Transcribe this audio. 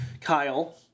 Kyle